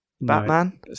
Batman